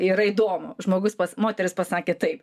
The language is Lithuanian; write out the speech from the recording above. yra įdomu žmogus pas moteris pasakė taip